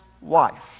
wife